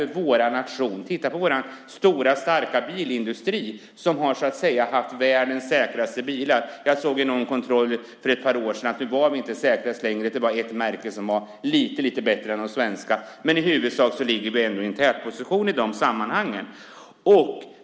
Vi har kunnat säga: Titta på vår stora och starka bilindustri som har haft världens säkraste bilar. För ett par år sedan såg jag att våra bilar inte var säkrast längre utan att det fanns ett märke som var lite bättre än de svenska. Men i huvudsak intar vi en tätposition i dessa sammanhang.